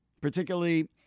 particularly